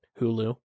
Hulu